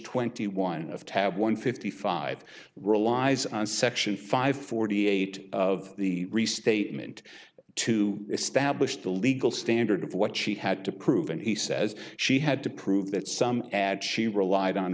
twenty one of tab one fifty five relies on section five forty eight of the restatement to establish the legal standard of what she had to prove and he says she had to prove that some ad she relied on